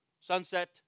sunset